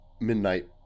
midnight